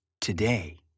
today